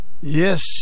Yes